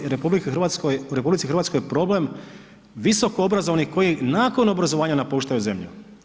U RH je problem visokoobrazovanih koji nakon obrazovanja napuštaju zemlju.